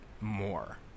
more